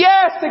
Yes